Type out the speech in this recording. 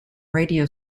radio